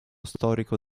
storico